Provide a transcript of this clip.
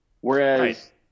Whereas